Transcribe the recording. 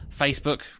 Facebook